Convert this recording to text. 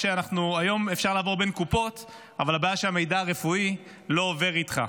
היום אפשר לעבור בין קופות אבל הבעיה היא שהמידע הרפואי לא עובר איתך.